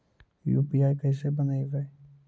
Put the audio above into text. UPI कैसे बनइबै?